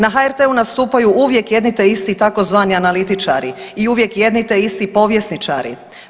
Na HRT-u nastupaju uvijek jedni te isti tzv. analitičari i uvijek jedni te isti povjesničari.